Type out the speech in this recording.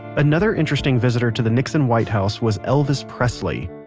another interesting visitor to the nixon white house was elvis presley.